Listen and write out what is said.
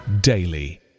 daily